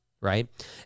Right